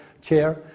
chair